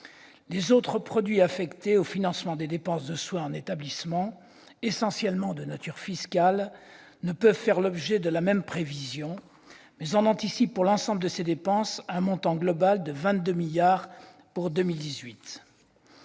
Les autres produits affectés au financement des dépenses de soins en établissement, essentiellement de nature fiscale, ne peuvent faire l'objet de la même prévision, mais on anticipe pour l'ensemble de ces dépenses un montant global de 22 milliards d'euros en 2018.